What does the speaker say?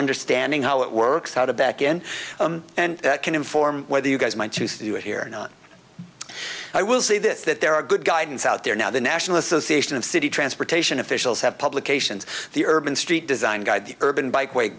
understanding how it works out a back in and can inform whether you guys might choose to do it here i will say this that there are good guidance out there now the national association of city transportation officials have publications the urban street design guide the urban bike wa